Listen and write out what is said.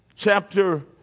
Chapter